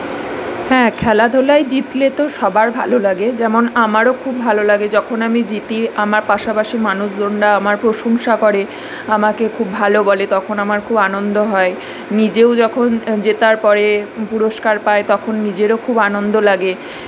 হ্যাঁ খেলাধুলায় জিতলে তো সবার ভালো লাগে যেমন আমারও খুব ভালো লাগে যখন আমি জিতি আমার পাশাপাশি মানুষজনরা আমার প্রশংসা করে আমাকে খুব ভালো বলে তখন আমার খুব আনন্দ হয় নিজেও যখন জেতার পরে পুরষ্কার পায় তখন নিজেরও খুব আনন্দ লাগে